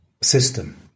system